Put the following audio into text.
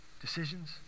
decisions